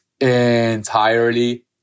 entirely